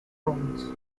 fronds